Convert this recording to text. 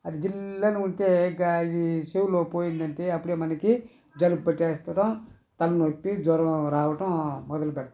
అది జిల్ అని ఉంటే గాలి ఇది చెవిలో పోయిందంటే అప్పుడే మనకి జలుబు పట్టేయడం తలనొప్పి జ్వరం రావటం మొదలుపెడతాయి